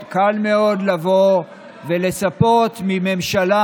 לכן קל מאוד, קל מאוד, לבוא ולצפות מממשלה,